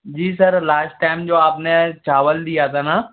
जी sir last time जो आपने चावल दिया था ना